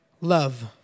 love